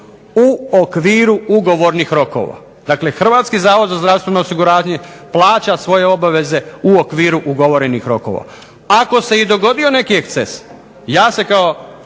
u okviru ugovornih rokova. Dakle, Hrvatski zavod za zdravstveno osiguranje plaća svoje obveze u okviru ugovorenih rokova. Ako se i dogodio neki eksces, ja se kao